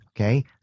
okay